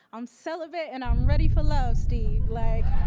i'm celibate, and i'm ready for love, steve. like